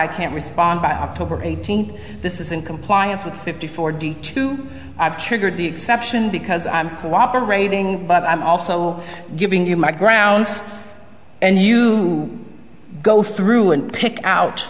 i can't respond by october eighteenth this is in compliance with fifty four d two i've triggered the exception because i'm cooperating but i'm also giving you my grounds and you go through and pick out